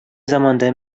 заманда